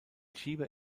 schieber